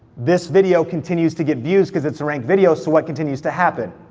this video continues to get views, cause it's a ranked video, so what continues to happen?